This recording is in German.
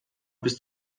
bis